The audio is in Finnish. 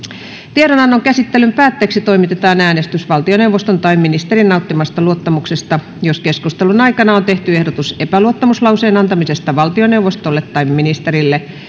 tiedonannon käsittelyn päätteeksi toimitetaan äänestys valtioneuvoston tai ministerin nauttimasta luottamuksesta jos keskustelun aikana on tehty ehdotus epäluottamuslauseen antamisesta valtioneuvostolle tai ministerille